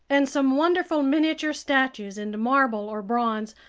and some wonderful miniature statues in marble or bronze,